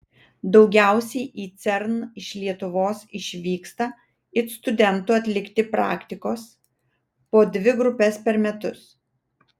daugiausiai į cern iš lietuvos išvyksta it studentų atlikti praktikos po dvi grupes per metus